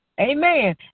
Amen